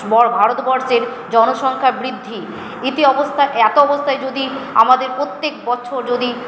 ভারতবর্ষের জনসংখ্যা বৃদ্ধি ইতি অবস্থায় এতো অবস্থায় যদি আমাদের প্রত্যেক বছর যদি